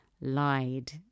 lied